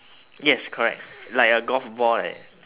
yes correct like a golf ball like that